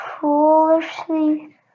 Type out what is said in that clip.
foolishly